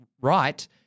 right